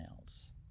else